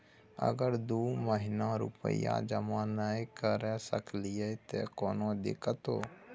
अगर दू महीना रुपिया जमा नय करे सकलियै त कोनो दिक्कतों?